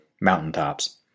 mountaintops